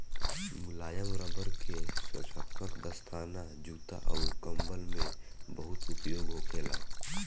मुलायम रबड़ के सुरक्षात्मक दस्ताना, जूता अउर कंबल में बहुत उपयोग होखेला